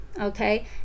okay